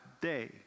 day